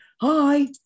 hi